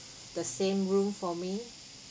the same room for me